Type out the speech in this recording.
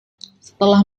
setelah